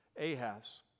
Ahaz